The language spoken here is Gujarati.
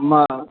માં